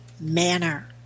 manner